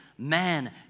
Man